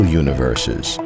universes